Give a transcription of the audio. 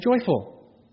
joyful